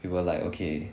we were like okay